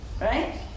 right